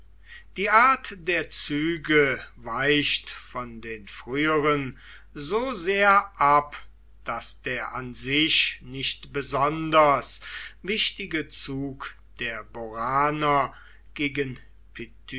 die art der züge weicht von den früheren so sehr ab daß der an sich nicht besonders wichtige zug der boraner gegen